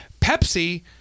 Pepsi